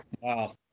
Wow